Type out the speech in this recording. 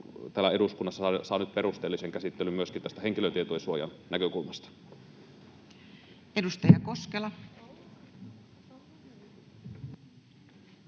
täällä eduskunnassa saa nyt perusteellisen käsittelyn myöskin tästä henkilötietojen suojan näkökulmasta. [Speech